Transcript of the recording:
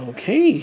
Okay